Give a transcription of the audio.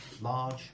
large